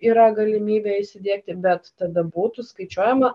yra galimybė įsidiegti bet tada būtų skaičiuojama